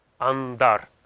Andar